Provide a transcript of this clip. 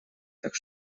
так